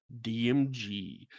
DMG